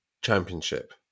Championship